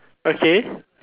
okay